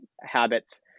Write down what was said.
habits